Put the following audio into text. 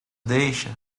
deixa